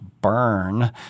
burn